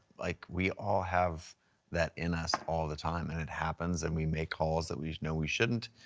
like we all have that in us all the time and it happens and we make calls that we know we shouldn't.